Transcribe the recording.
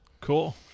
Cool